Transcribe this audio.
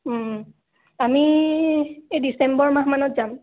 আমি এই ডিচেম্বৰ মাহমানত যাম